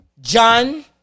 John